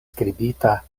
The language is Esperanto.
skribita